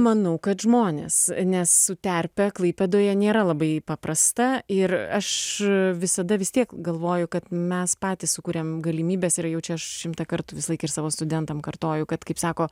manau kad žmonės nes su terpe klaipėdoje nėra labai paprasta ir aš visada vis tiek galvoju kad mes patys sukurėm galimybes ir jau čia aš šimtą kartų visąlaik ir savo studentam kartoju kad kaip sako